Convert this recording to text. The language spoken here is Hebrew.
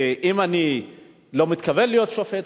אני לא מתכוון להיות שופט,